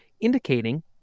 indicating